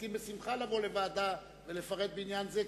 יסכים בשמחה לבוא לוועדה ולפרט בעניין זה,